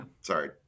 sorry